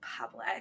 public